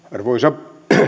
arvoisa